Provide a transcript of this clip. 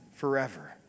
forever